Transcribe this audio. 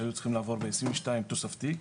שהיו צריכים לעבור בעשרים ושתיים תוספתי,